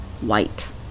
white